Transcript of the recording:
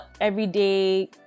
everyday